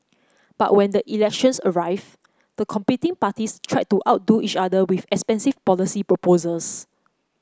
but when the elections arrived the competing parties tried to outdo each other with expensive policy proposals